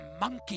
monkey